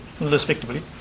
respectively